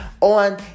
on